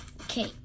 okay